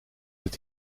het